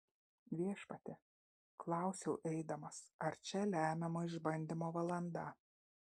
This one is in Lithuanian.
viešpatie klausiau eidamas ar čia lemiamo išbandymo valanda